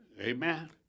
Amen